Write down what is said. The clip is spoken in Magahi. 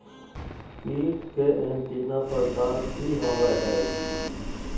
कीट के एंटीना प्रकार कि होवय हैय?